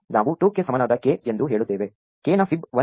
ನಾವು 2 ಕ್ಕೆ ಸಮಾನವಾದ k ಎಂದು ಹೇಳುತ್ತೇವೆ k ನ ಫೈಬ್ 1